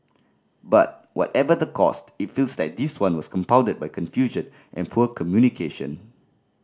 but whatever the caused it feels like this one was compounded by confusion and poor communication